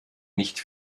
nicht